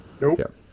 Nope